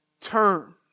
turn